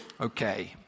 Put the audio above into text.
Okay